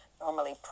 normally